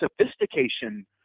sophistication